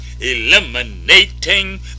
eliminating